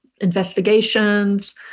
investigations